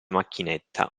macchinetta